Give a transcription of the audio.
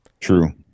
True